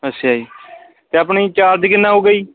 ਅੱਛਾ ਜੀ ਅਤੇ ਆਪਣੇ ਚਾਰਜ ਕਿੰਨਾ ਆਉਗਾ ਜੀ